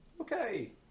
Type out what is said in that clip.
Okay